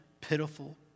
pitiful